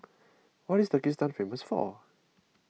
what is Turkmenistan famous for